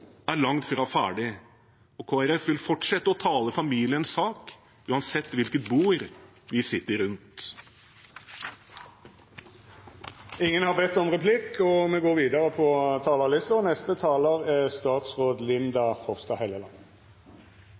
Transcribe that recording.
er langt fra ferdig, og Kristelig Folkeparti vil fortsette å tale familiens sak, uansett hvilket bord vi sitter rundt. Gir vi